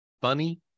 funny